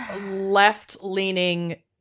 left-leaning